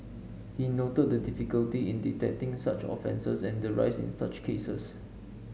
he noted the difficulty in detecting such offences and the rise in such cases